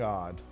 God